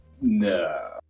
No